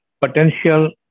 potential